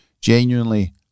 Genuinely